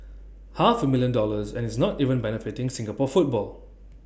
half A million dollars and it's not even benefiting Singapore football